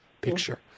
picture